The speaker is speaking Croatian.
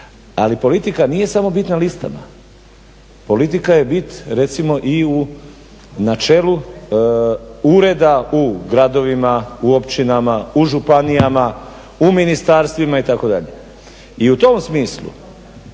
Ali politika nije samo bit na listama. Politika je bit recimo i u, na čelu ureda u gradovima, u općinama, u županijama, u ministarstvima itd. I u tom smislu